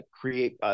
create